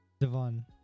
Devon